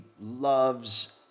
loves